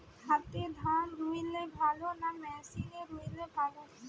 হাতে ধান রুইলে ভালো না মেশিনে রুইলে ভালো?